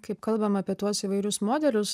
kaip kalbam apie tuos įvairius modelius